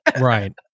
Right